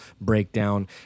breakdown